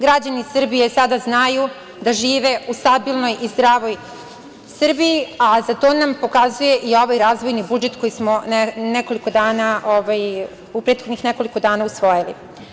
Građani Srbije sada znaju da žive u stabilnoj i zdravoj Srbiji, a to nam pokazuje i ovaj razvojni budžet koji smo u prethodnih nekoliko dana usvojili.